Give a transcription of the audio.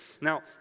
Now